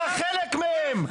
אתה חלק מהם,